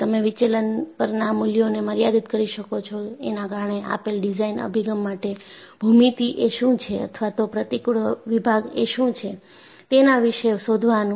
તમે વિચલન પરના મૂલ્યોને મર્યાદિત કરી શકો છો એના કારણે આપેલ ડિઝાઇન અભિગમ માટે ભૂમિતિ એ શું છે અથવા તો પ્રતિકુળ વિભાગ એ શું છે તેના વિશે શોધવાનું છે